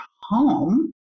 home